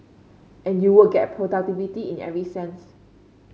and you would get productivity in every sense